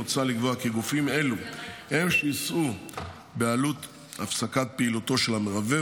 מוצע לקבוע כי גופים אלה הם שיישאו בעלות הפסקת פעילותו של המרבב,